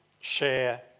share